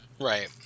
Right